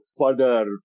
further